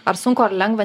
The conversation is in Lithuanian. ar sunku ar lengva